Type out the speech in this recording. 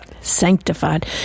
Sanctified